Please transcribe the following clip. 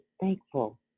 thankful